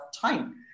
time